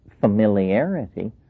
familiarity